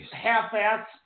half-ass